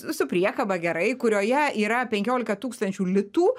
su priekaba gerai kurioje yra penkiolika tūkstančių litų